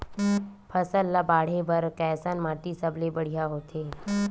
फसल ला बाढ़े बर कैसन माटी सबले बढ़िया होथे?